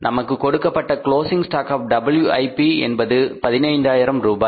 நமக்கு கொடுக்கப்பட்ட closing stock of WIP என்பது 15000 ரூபாய்